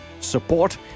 Support